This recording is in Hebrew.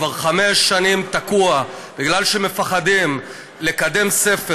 שכבר חמש שנים תקוע מפני שמפחדים לקדם ספר